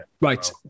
Right